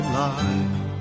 life